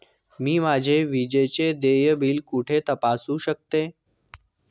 मी माझे विजेचे देय बिल कुठे तपासू शकते?